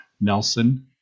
Nelson